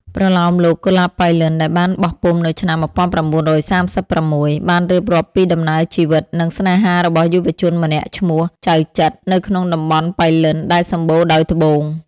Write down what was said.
ប្រលោមលោក កុលាបប៉ៃលិន ដែលបានបោះពុម្ពនៅឆ្នាំ ១៩៣៦ បានរៀបរាប់ពីដំណើរជីវិត និងស្នេហារបស់យុវជនម្នាក់ឈ្មោះ ចៅចិត្រ នៅក្នុងតំបន់ប៉ៃលិនដែលសម្បូរដោយត្បូង។